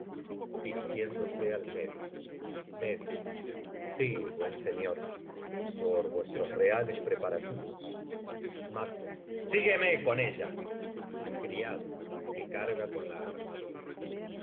sí buen señor por vuestros reales preparativos sigúeme con ella m criado que carga con la armadura